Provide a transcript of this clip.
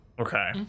Okay